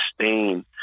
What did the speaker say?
sustain